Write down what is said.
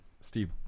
Steve